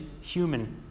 human